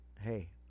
hey